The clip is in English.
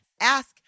ask